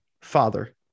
father